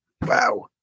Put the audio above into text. Wow